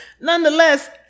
nonetheless